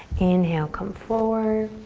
inhale, come forward